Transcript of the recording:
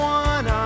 one